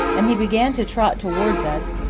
and he began to trot towards us,